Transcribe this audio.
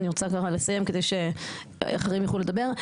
אני רוצה כבר לסיים כדי שאחרים יוכלו לדבר.